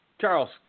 Charles